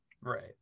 right